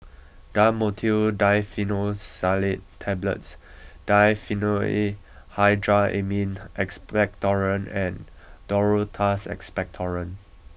Dhamotil Diphenoxylate Tablets Diphenhydramine Expectorant and Duro Tuss Expectorant